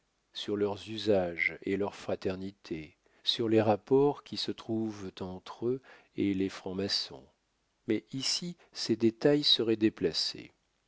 sur leurs usages et leur fraternité sur les rapports qui se trouvent entre eux et les francs-maçons mais ici ces détails seraient déplacés